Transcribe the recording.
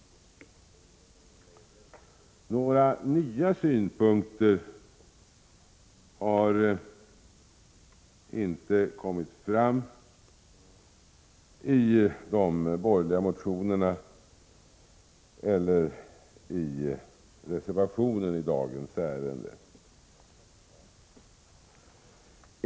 Några nya synpunkter har inte kommit fram i de borgerliga motionerna eller i reservationen i dagens ärende.